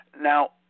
Now